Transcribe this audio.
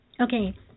okay